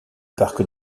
parc